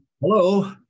Hello